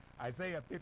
Isaiah